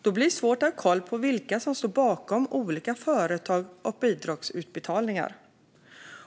Då blir det svårt att ha koll på vilka som står bakom olika företag och bidragsutbetalningar.